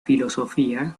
filosofía